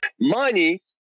Money